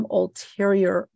ulterior